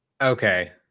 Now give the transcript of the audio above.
okay